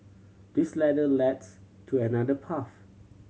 this ladder leads to another path